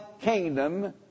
kingdom